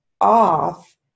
off